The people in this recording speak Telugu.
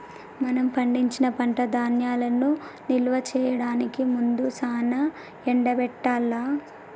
మనం పండించిన పంట ధాన్యాలను నిల్వ చేయడానికి ముందు సానా ఎండబెట్టాల్ల